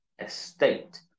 estate